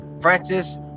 Francis